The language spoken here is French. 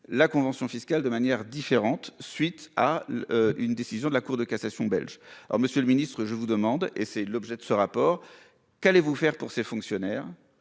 la convention fiscale de manière différente suite à. Une décision de la Cour de cassation belge. Alors Monsieur le Ministre, je vous demande et c'est l'objet de ce rapport qu'allez-vous faire pour ces fonctionnaires